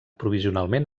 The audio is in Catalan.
provisionalment